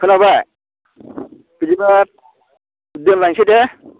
खोनाबाय बिदिब्ला दोनलायसै दे